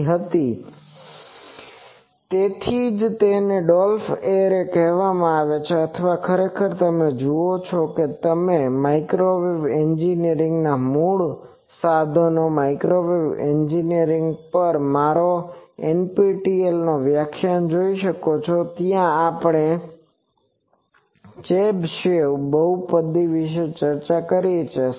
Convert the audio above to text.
તેથી તેથી જ તેને ડોલ્ફ્સ એરે કહેવામાં આવે છે અથવા ખરેખર તમે જુઓ છો કે તે તમે માઇક્રોવેવ એન્જિનિયરિંગ ના મૂળ સાધનો માઇક્રોવેવ એન્જિનિયરિંગ પર મારો એનપીટીઇએલ વ્યાખ્યાન જોઈ શકો છો જ્યાં આપણે ચેબશેવ બહુપદી વિશે ચર્ચા કરી છે